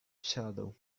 shadow